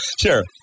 sure